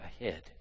ahead